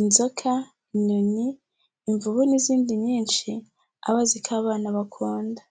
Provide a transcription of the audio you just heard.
inzoka, inyoni, imvubu n'izindi nyinshi aba azi ko abana bakunda.